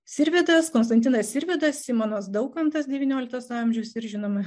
sirvydas konstantinas sirvydas simonas daukantas devynioliktas amžius ir žinoma